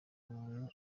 umuntu